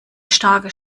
starke